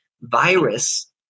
virus